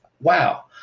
Wow